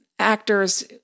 Actors